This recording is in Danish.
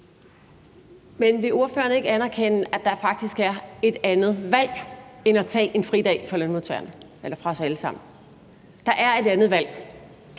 Men vil ordføreren ikke anerkende, at der faktisk er et andet valg end at tage en fridag fra os alle sammen? Der er et andet valg.